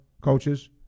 coaches